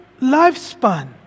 lifespan